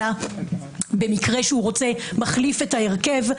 אלא במקרה שהוא מחליף את ההרכב.